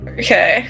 okay